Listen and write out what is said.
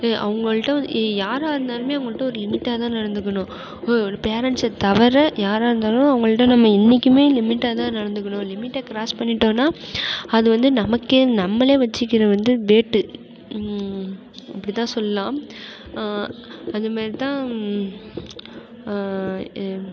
அவங்கள்ட்ட வந்து யாராக இருந்தாலுமே அவங்கள்ட்ட ஒரு லிமிட்டாகதான் நடந்துக்கணும் பேரென்ட்ஸை தவிர யாராக இருந்தாலும் அவங்கள்ட்ட நம்ம என்னைக்குமே லிமிட்டாகதான் நடந்துக்கணும் லிமிட்டை கிராஸ் பண்ணிவிட்டோனா அது வந்து நமக்கே நம்மளை வச்சுக்கிற வந்து வேட்டு அப்படிதான் சொல்லலாம் அது மாதிரிதான்